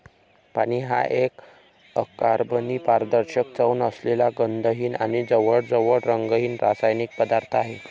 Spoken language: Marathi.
पाणी हा एक अकार्बनी, पारदर्शक, चव नसलेला, गंधहीन आणि जवळजवळ रंगहीन रासायनिक पदार्थ आहे